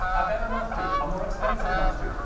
a better mustard! a more expensive mustard!